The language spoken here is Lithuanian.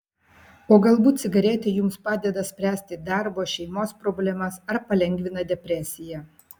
o galbūt cigaretė jums padeda spręsti darbo šeimos problemas ar palengvina depresiją